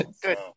good